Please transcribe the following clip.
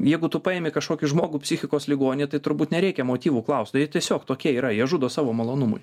jeigu tu paimi kažkokį žmogų psichikos ligonį tai turbūt nereikia motyvų klaust jie tiesiog tokie yra jie žudo savo malonumui